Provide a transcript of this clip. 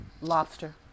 lobster